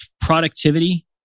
productivity